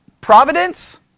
Providence